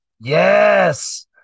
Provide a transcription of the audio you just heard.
Yes